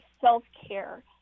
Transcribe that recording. self-care